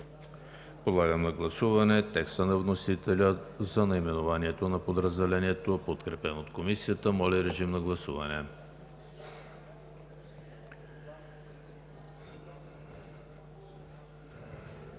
Подлагам на гласуване текста на вносителя за наименованието на подразделението, подкрепено от Комисията. Гласували